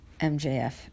MJF